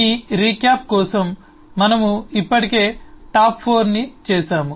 మీ recap కోసం మనము ఇప్పటికే టాప్ 4 ని చేసాము